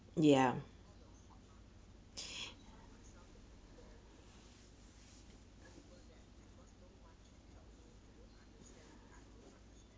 ya